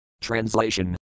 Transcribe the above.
Translation